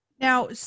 Now